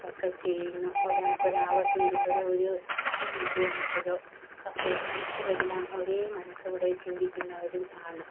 ഒക്കെ ചെയ്യുന്നു ഒരാള്ക്ക് ഒരു ആപത്ത് വരുമ്പോഴോ ഒരു സഹായം വേണ്ടിവന്നപ്പോഴോ ഒക്കെ മനുഷ്യരെല്ലാം ഒരേ മനസ്സോടെ ചിന്തിക്കുന്നവരും ആണ്